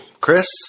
Chris